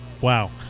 wow